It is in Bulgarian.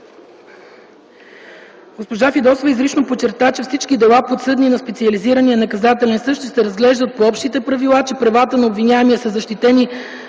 Госпожа Фидосова изрично подчерта, че всички дела, подсъдни на специализирания наказателен съд, ще се разглеждат по общите правила, че правата на обвиняемия са защитени